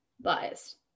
biased